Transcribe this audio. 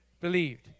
Believed